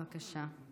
בבקשה.